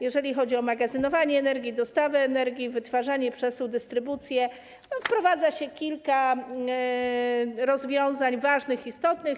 Jeżeli chodzi o magazynowanie energii, dostawę energii, wytwarzanie, przesył, dystrybucję, wprowadza się kilka rozwiązań ważnych i istotnych.